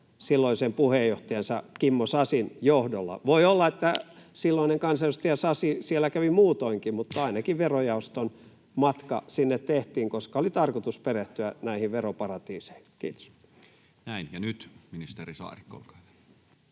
silloisen puheenjohtajansa Kimmo Sasin johdolla. Voi olla, että silloinen kansanedustaja Sasi siellä kävi muutoinkin, mutta ainakin verojaoston matka sinne tehtiin, koska oli tarkoitus perehtyä näihin veroparatiiseihin. — Kiitos. Näin. — Ja nyt ministeri Saarikko, olkaa hyvä.